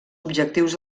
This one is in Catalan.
objectius